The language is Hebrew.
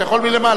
אתה יכול מלמעלה.